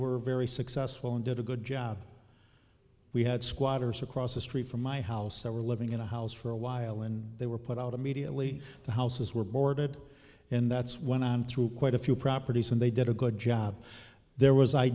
were very successful and did a good job we had squatters across the street from my house that were living in a house for a while and they were put out immediately the houses were boarded and that's when i'm through quite a few properties and they did a good job there was i